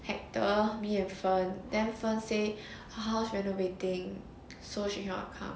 hector me and fen then fen say her house renovating so she cannot come